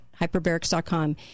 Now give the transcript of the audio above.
Hyperbarics.com